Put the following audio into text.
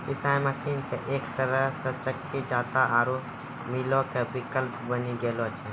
पिशाय मशीन एक तरहो से चक्की जांता आरु मीलो के विकल्प बनी गेलो छै